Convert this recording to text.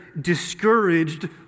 discouraged